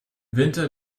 winter